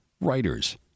writers